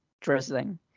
drizzling